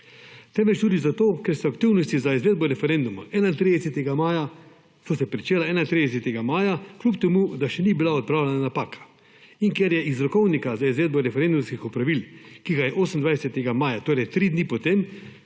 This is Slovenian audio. temveč tudi zato, ker so aktivnosti za izvedbo referenduma 31. maja, so se pričela 31. maja, kljub temu, da še ni bila odpravljena napaka. In ker je iz rokovnika za izvedbo referendumskih opravil, ki ga je 28. maja, torej tri dni potem,